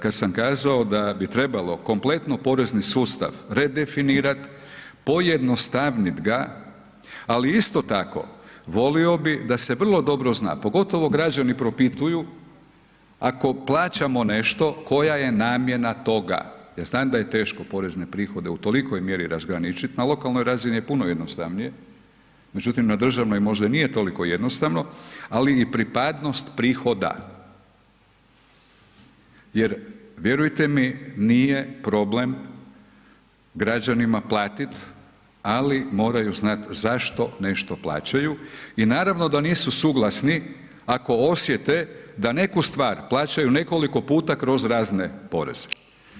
Kad sam kazao da bi trebalo kompletno porezni sustav redefinirat, pojednostavnit ga, ali isto tako volio bi da se vrlo dobro zna, pogotovo građani propituju ako plaćamo nešto koja je namjena toga jer znam da je teško porezne prihode u tolikoj mjeri razgraničit, na lokalnoj razini je puno jednostavnije, međutim na državnoj možda i nije toliko jednostavno, ali i pripadnost prihoda jer vjerujte mi nije problem građanima platit, ali moraju znat zašto nešto plaćaju i naravno da nisu suglasni ako osjete da neku stvar plaćaju nekoliko puta kroz razne poreze.